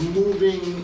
moving